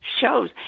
shows